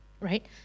Right